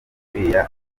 uriya